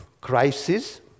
Crisis